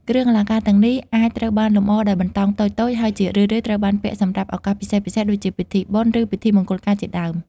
គ្រឿងអលង្ការទាំងនេះអាចត្រូវបានលម្អដោយបន្តោងតូចៗ ហើយជារឿយៗត្រូវបានពាក់សម្រាប់ឱកាសពិសេសៗ ដូចជាពិធីបុណ្យ ឬពិធីមង្គលការជាដើម។